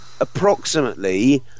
approximately